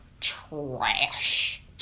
trash